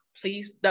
Please